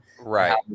Right